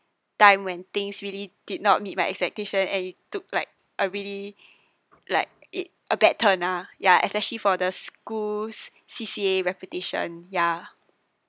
time when things really did not meet my expectations and it took like a really like it a bad turn ah ya especially for the school's C_C_A reputation ya